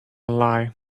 lie